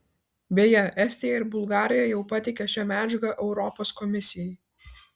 beje estija ir bulgarija jau pateikė šią medžiagą europos komisijai